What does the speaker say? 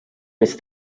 més